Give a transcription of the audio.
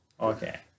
okay